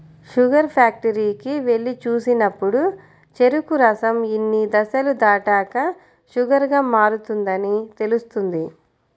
sugar ఫ్యాక్టరీకి వెళ్లి చూసినప్పుడు చెరుకు రసం ఇన్ని దశలు దాటాక షుగర్ గా మారుతుందని తెలుస్తుంది